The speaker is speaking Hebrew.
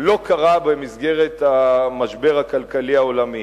לא קרה במסגרת המשבר הכלכלי העולמי,